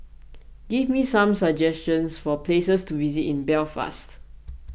give me some suggestions for places to visit in Belfast